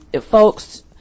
folks